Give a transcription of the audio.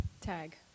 Tag